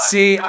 See